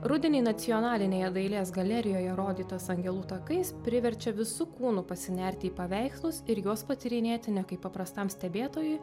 rudenį nacionalinėje dailės galerijoje rodytas angelų takais priverčia visu kūnu pasinerti į paveikslus ir juos patyrinėti ne kaip paprastam stebėtojui